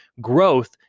Growth